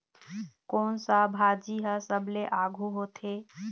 कोन सा भाजी हा सबले आघु होथे?